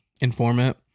informant